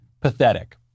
pathetic